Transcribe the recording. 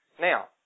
Now